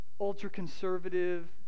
ultra-conservative